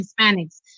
Hispanics